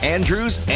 Andrew's